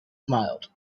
smiled